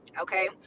okay